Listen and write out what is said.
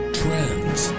trends